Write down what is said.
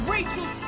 Rachel